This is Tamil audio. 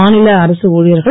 மாநில அரசு ஊழியர்கள்